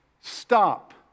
stop